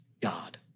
God